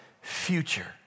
future